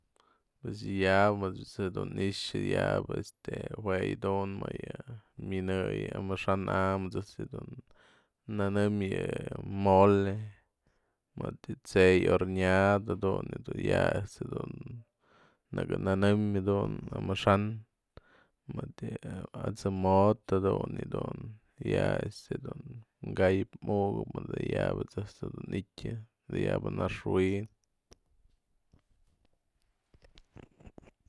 Pues ya'bë jue ejt's dun ni'ixa jue yadun më yë mynëyëy amaxan a'am ejt's dun nëmëm yë mole mëdë tsë'ëy horneado jadun ya'a ejt's dun nëkënë nëmëm jadun amaxan mëdë yë atsë'ëm jo'ot jadun yë dun ya'a este dun ka'ayëp muka'ap mëdë ya'abë ejt's ni'ityan adayaba naxwi'in.